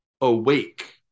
Awake